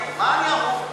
אתה אמור,